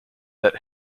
that